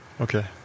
Okay